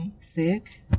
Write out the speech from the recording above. sick